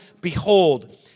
behold